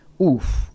oof